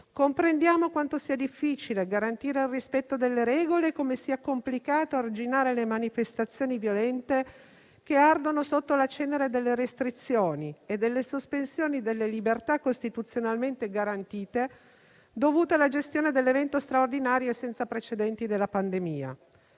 Comprendiamo quanto sia difficile garantire il rispetto delle regole e come sia complicato arginare le manifestazioni violente che ardono sotto la cenere delle restrizioni e delle sospensioni delle libertà costituzionalmente garantite dovute alla gestione dell'evento straordinario e senza precedenti della pandemia.